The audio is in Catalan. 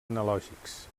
analògics